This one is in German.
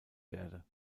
werde